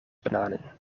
bananen